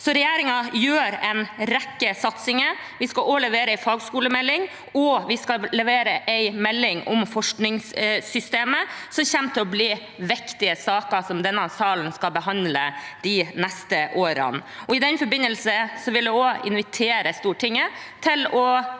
Regjeringen har en rekke satsinger. Vi skal også levere en fagskolemelding, og vi skal levere en melding om forskningssystemet, som kommer til å bli viktige saker som denne salen skal behandle de neste årene. I den forbindelse vil jeg også invitere Stortinget til å